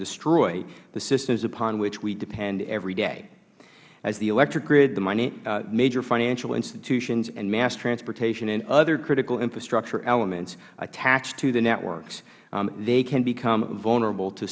destroy the systems upon which we depend every day as the electric grid major financial institutions and mass transportation and other critical infrastructure elements attach to the networks they can become vulnerable to